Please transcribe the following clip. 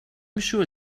sure